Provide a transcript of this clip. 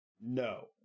No